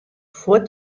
fuort